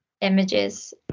images